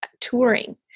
touring